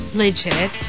legit